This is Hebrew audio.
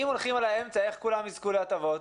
אם הולכים על האמצע, איך כולם יזכו להטבות?